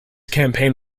campaign